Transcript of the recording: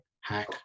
hack